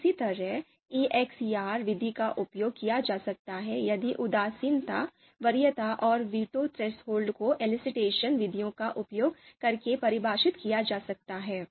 इसी तरह ELECTRE R विधि का उपयोग किया जा सकता है यदि उदासीनता वरीयता और वीटो थ्रेसहोल्ड को एलिसिटेशन विधियों का उपयोग करके परिभाषित किया जा सकता है